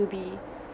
to be